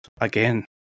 again